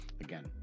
again